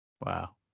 Wow